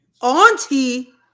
auntie